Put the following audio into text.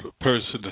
person